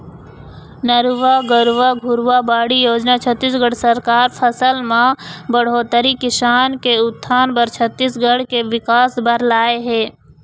नरूवा, गरूवा, घुरूवा, बाड़ी योजना छत्तीसगढ़ सरकार फसल म बड़होत्तरी, किसान के उत्थान बर, छत्तीसगढ़ के बिकास बर लाए हे